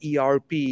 ERP